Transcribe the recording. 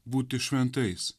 būti šventais